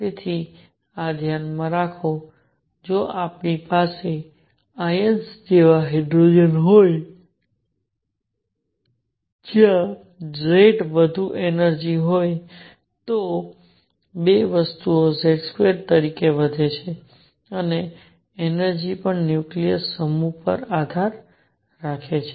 તેથી આ ધ્યાનમાં રાખો કે જો આપણી પાસે આયન્સ જેવા હાઇડ્રોજન હોય જ્યાં Z વધુ એનર્જિ હોય તો 2 વસ્તુઓ Z2 તરીકે વધે છે અને એનર્જિ પણ ન્યુક્લિયસ સમૂહ પર આધાર રાખે છે